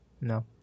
No